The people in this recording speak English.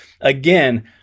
again